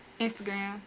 Instagram